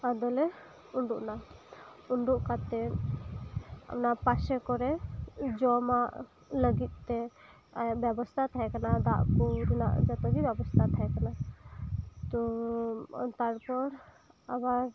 ᱟᱫᱚ ᱞᱮ ᱩᱸᱰᱩᱜ ᱱᱟ ᱩᱸᱰᱩᱜ ᱠᱟᱛᱮᱜ ᱚᱱᱟ ᱯᱟᱥᱮ ᱠᱚᱨᱮ ᱡᱚᱢᱟᱜ ᱞᱟᱜᱤᱫ ᱛᱮ ᱵᱮᱵᱚᱥᱛᱟ ᱛᱟᱦᱮᱸ ᱠᱟᱱᱟ ᱫᱟᱜ ᱠᱚ ᱨᱮᱱᱟᱜ ᱡᱚᱛᱚ ᱜᱮ ᱵᱮᱵᱚᱥᱛᱟ ᱛᱟᱦᱮᱸ ᱠᱟᱱᱟ ᱛᱚ ᱛᱟᱨ ᱯᱚᱨ ᱟᱵᱟᱨ